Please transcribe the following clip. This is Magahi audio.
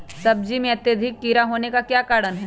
सब्जी में अत्यधिक कीड़ा होने का क्या कारण हैं?